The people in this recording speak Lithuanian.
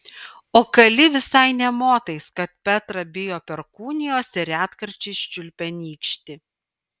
o kali visai nė motais kad petra bijo perkūnijos ir retkarčiais čiulpia nykštį